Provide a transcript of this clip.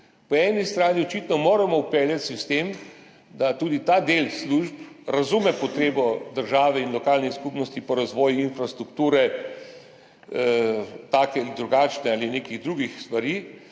Po eni strani očitno moramo vpeljati sistem, da tudi ta del služb razume potrebo države in lokalnih skupnosti po razvoju take ali drugačne infrastrukture ali nekih drugih stvari